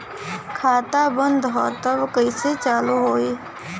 खाता बंद ह तब कईसे चालू होई?